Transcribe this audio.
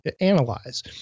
analyze